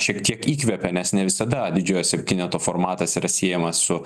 šiek tiek įkvepia nes ne visada didžiojo septyneto formatas yra siejamas su